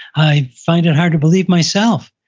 i find it hard to believe myself.